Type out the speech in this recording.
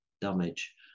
damage